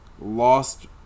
lost